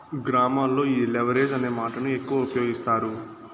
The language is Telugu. గ్రామాల్లో ఈ లెవరేజ్ అనే మాటను ఎక్కువ ఉపయోగిస్తారు